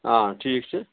آ ٹھیٖک چھُ